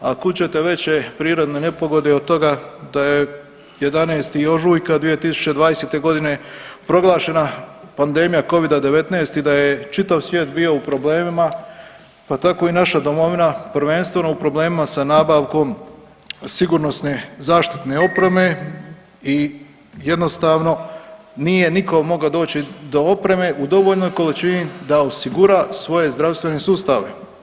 A kud ćete veće prirodne nepogode od toga da je 11. ožujka 2020.g. proglašena pandemija covida-19 i da je čitav svijet bio u problemima, pa tako i naša domovina, prvenstveno u problemima sa nabavkom sigurnosne zaštitne opreme i jednostavno nije niko mogao doći do opreme u dovoljnoj količini da osigura svoj zdravstveni sustav.